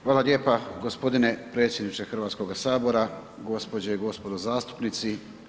Hvala lijepa gospodine predsjedniče Hrvatskoga sabora, gospođe i gospodo zastupnici.